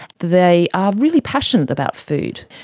they are really passionate about food,